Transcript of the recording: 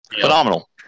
Phenomenal